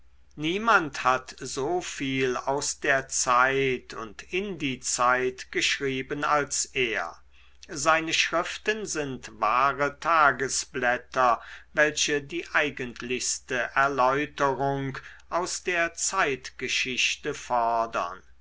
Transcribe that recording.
niemand hat so viel aus der zeit und in die zeit geschrieben als er seine schriften sind wahre tagesblätter welche die eigentlichste erläuterung aus der zeitgeschichte fordern